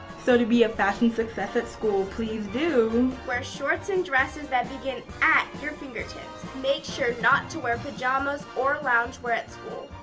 so to be a fashion success at school, please do wear shorts and dresses that begin at your fingertips. make sure not to wear pajamas or loungewear at school.